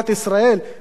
אבל עם כל הכבוד,